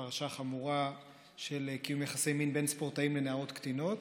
פרשה חמורה של קיום יחסי מין בין ספורטאים לבין נערות קטינות.